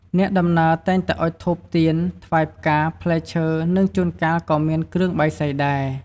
អ្នកដំណើរតែងតែអុជធូប ទៀន ថ្វាយផ្កា ផ្លែឈើ និងជួនកាលក៏មានគ្រឿងបាយសីដែរ។